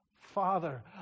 Father